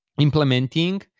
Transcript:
implementing